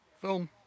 film